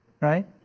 Right